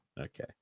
okay